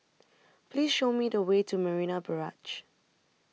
Please Show Me The Way to Marina Barrage